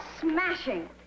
Smashing